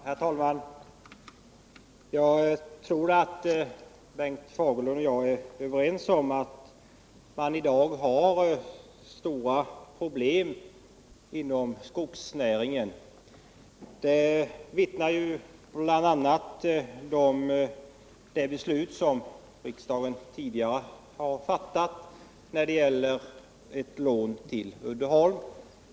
Herr talman! Jag tror att Bengt Fagerlund och jag är överens om att man i dag har stora problem inom skogsnäringen. Om det vittnar bl.a. det beslut som riksdagen tidigare har fattat om ett lån till Uddeholm.